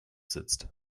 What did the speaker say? sitzt